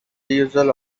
usual